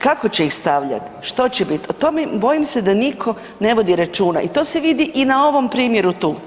Kako će ih stavljati, što će bit o tome bojim se da niko ne vodi računa i to se vidi i na ovom primjeru tu.